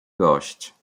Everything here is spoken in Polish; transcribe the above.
gość